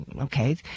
okay